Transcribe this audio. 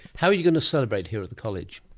how are you going to celebrate here at the college?